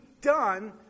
done